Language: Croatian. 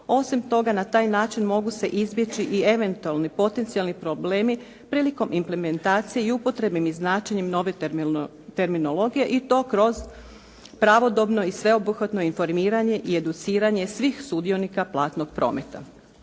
Osim toga, na taj način mogu se izbjeći i eventualni potencijalni problemi prilikom implementacije i upotrebe i značenjem nove terminologije i to kroz pravodobno i sveobuhvatno informiranje i educiranje svih sudionika platnog prometa.